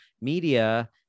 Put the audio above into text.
media